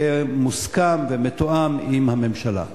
יהיה מוסכם ומתואם עם הממשלה.